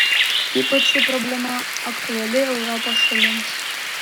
ypač ši problema aktuali europos šalims